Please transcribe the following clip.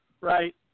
right